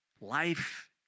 Life